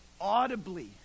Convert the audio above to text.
audibly